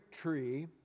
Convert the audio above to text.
tree